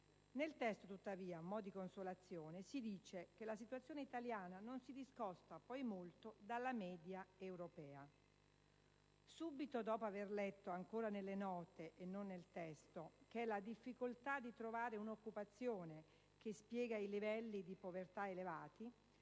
Nel testo tuttavia, a mo' di consolazione, si dice che: «la situazione italiana non si discosta molto dalla media europea». Subito dopo aver letto (nelle note e non nel testo) che «È la difficoltà di trovare un'occupazione che spiega i livelli di povertà elevati: